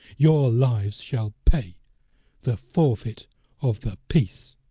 your lives shall pay the forfeit of the peace.